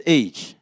age